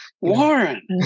Warren